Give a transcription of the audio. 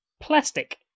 plastic